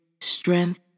strength